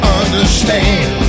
understand